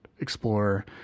explore